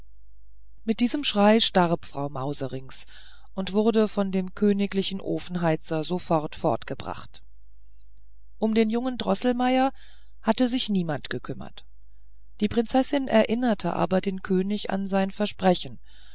mit diesem schrei starb frau mauserinks und wurde von dem königlichen ofenheizer fortgebracht um den jungen droßelmeier hatte sich niemand bekümmert die prinzessin erinnerte aber den könig an sein versprechen